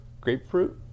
grapefruit